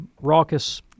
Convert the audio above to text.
raucous